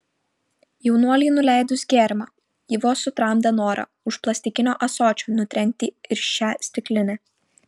jaunuoliui nuleidus gėrimą ji vos sutramdė norą už plastikinio ąsočio nutrenkti ir šią stiklinę